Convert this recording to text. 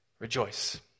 Rejoice